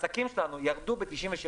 העסקים שלנו ירדו ב-97%.